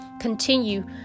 continue